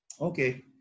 Okay